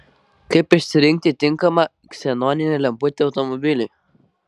kaip išsirinkti tinkamą ksenoninę lemputę automobiliui